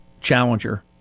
Challenger